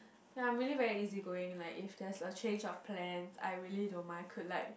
yea I am really very easygoing like if there is a change of plan I really don't mind could like